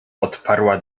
odparła